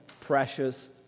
precious